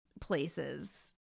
places